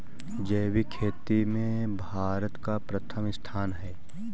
जैविक खेती में भारत का प्रथम स्थान है